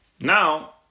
Now